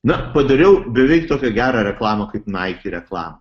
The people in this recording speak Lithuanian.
na padariau beveik tokią gerą reklamą kaip naiki reklamą